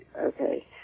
okay